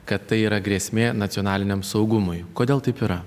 kad tai yra grėsmė nacionaliniam saugumui kodėl taip yra